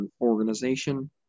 organization